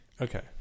okay